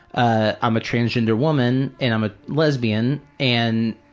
ah i'm a transgender woman and i'm a lesbian, and